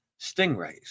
stingrays